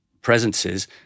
presences